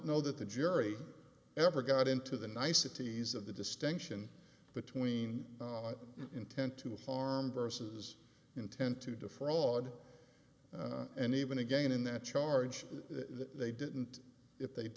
know that the jury ever got into the niceties of the distinction between intent to harm versus intent to defraud and even again in that charge they didn't if they